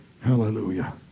Hallelujah